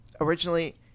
Originally